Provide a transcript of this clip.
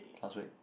last week